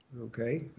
okay